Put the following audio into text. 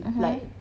mmhmm